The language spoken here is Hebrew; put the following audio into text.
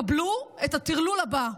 קבלו את הטרלול הבא: